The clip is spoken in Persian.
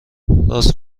راست